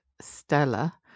Stella